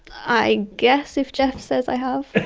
i guess, if geoff says i have. and